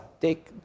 take